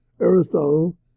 Aristotle